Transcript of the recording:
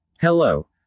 Hello